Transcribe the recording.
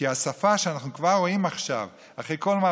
כי השפה שאנחנו רואים כבר עכשיו,